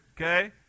Okay